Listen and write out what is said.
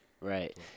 right